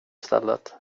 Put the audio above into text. stället